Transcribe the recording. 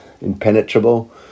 impenetrable